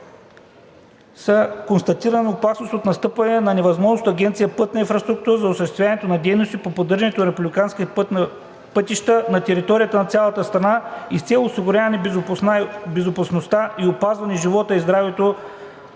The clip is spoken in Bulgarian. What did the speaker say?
за констатирана опасност от настъпване на невъзможност за Агенция „Пътна инфраструктура“ за осъществяването на дейностите по поддържане на републиканските пътища на територията на цялата страна и с цел осигуряване безопасността и опазване живота и здравето